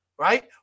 Right